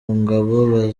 ngabo